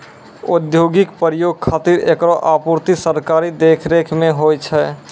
औद्योगिक प्रयोग खातिर एकरो आपूर्ति सरकारी देखरेख म होय छै